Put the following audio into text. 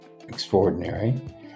extraordinary